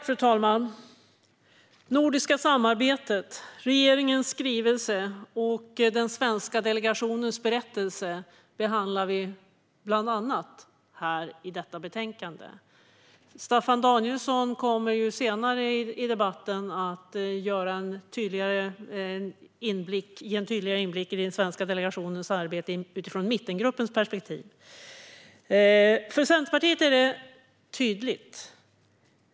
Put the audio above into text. Fru talman! Det nordiska samarbetet, regeringens skrivelse och den svenska delegationens berättelse behandlar vi bland annat i detta betänkande. Staffan Danielsson kommer senare i debatten att ge en tydligare inblick i den svenska delegationens arbete utifrån mittengruppens perspektiv. För Centerpartiet är det här tydligt.